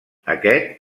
aquest